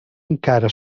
encara